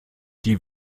die